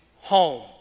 home